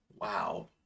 Wow